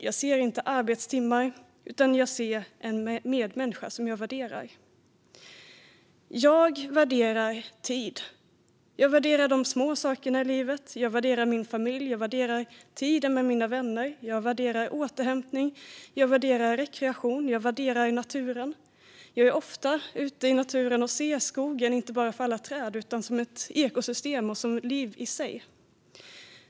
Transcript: Jag ser inte arbetstimmar, utan jag ser en medmänniska som jag värderar. Jag värderar tid. Jag värderar de små sakerna i livet. Jag värderar min familj. Jag värderar tiden med mina vänner. Jag värderar återhämtning. Jag värderar rekreation. Jag värderar naturen. Jag är ofta ute i naturen och ser skogen - inte bara för alla träd utan som ett ekosystem och som liv i sig.